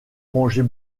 manger